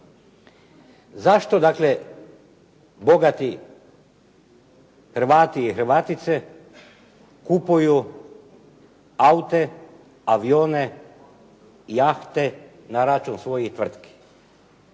Zašto dakle bogati Hrvati i Hrvatice kupuju aute, avione, jahte, na račun svojih tvrtki?